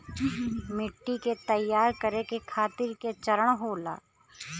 मिट्टी के तैयार करें खातिर के चरण होला?